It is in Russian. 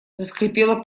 заскрипела